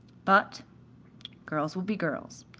but girls will be girls,